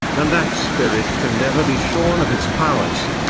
and that spirit can never be shorn of its powers,